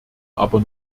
aber